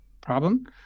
problem